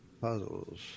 Puzzles